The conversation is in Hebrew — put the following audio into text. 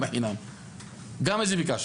חלק מהדברים